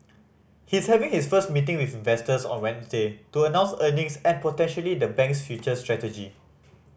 he's having his first meeting with investors on Wednesday to announce earnings and potentially the bank's future strategy